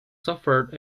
suffered